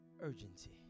urgency